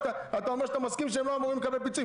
אתה אומר שאתה מסכים שהם לא אמורים לקבל פיצוי,